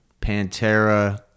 Pantera